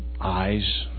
eyes